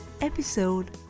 episode